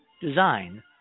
design